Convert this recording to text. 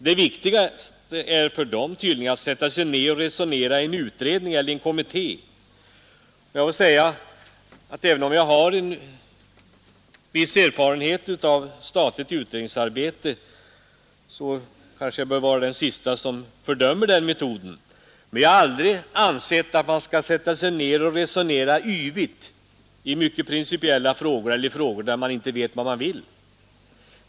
Det viktigaste är för dem tydligen att sätta sig ned och resonera i en utredning eller kommitté Även om jag, som har en viss erfarenhet av statligt utredningsarbete, bör vara den siste att fördöma denna metod, har jag aldrig ansett att man skall sätta sig ned och resonera yvigt i mycket principiella frågor eller i frågor där man inte vet vad man vill.